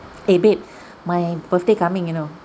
eh babe my birthday coming you know